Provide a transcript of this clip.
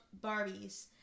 Barbies